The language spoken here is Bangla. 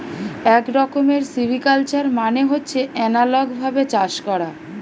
এক রকমের সিভিকালচার মানে হচ্ছে এনালগ ভাবে চাষ করা